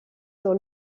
sur